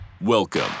Welcome